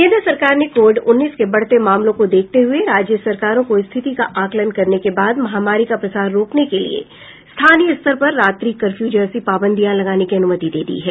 केन्द्र सरकार ने कोविड उन्नीस के बढ़ते मामलों को देखते हुए राज्य सरकारों को स्थिति का आकलन करने के बाद महामारी का प्रसार रोकने के लिये स्थानीय स्तर पर रात्रि कर्फ़्यू जैसी पाबंदियां लगाने की अनुमति दे दी है